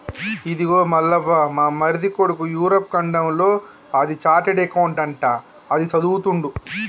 ఇదిగో మల్లవ్వ మా మరిది కొడుకు యూరప్ ఖండంలో అది చార్టెడ్ అకౌంట్ అంట అది చదువుతుండు